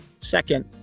second